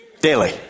Daily